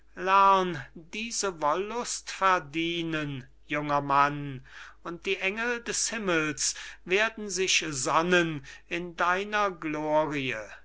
diese wollust verdienen junger mann und die engel des himmels werden sich sonnen in deiner glorie